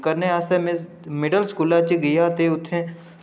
करने आस्तै में करने आस्तै में मिडिल स्कूला च गेआ ते उत्थै